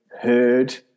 heard